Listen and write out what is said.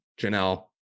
Janelle